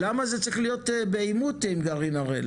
צריך להיות בעימות עם גרעין הראל?